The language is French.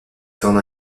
tendent